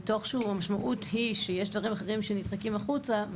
ותוך שהוא המשמעות היא שיש דברים אחרים שנדחקים החוצה.